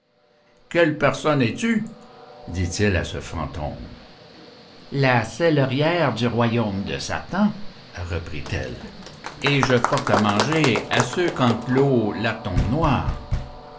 quelle personne es-tu dit-il à ce fantôme la cellérière du royaume de satan reprit-elle et je porte à manger à ceux qu'enclôt la tombe noire